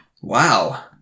Wow